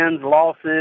losses